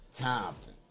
Compton